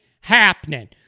happening